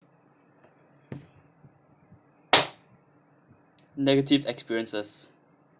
negative experiences